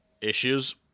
issues